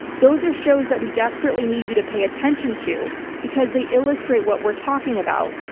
those are shows that we desperately need you to pay attention to because they illustrate what we're talking about.